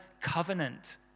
covenant